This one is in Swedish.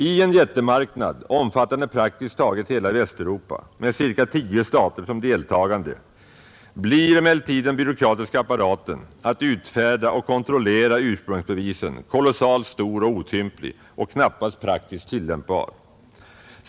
I en jättemarknad omfattande praktiskt taget hela Västeuropa med ca 10 stater som deltagande blir emellertid den byråkratiska apparaten att utfärda och kontrollera ursprungsbevisen kolossalt stor och otymplig och knappast praktiskt tillämpbar.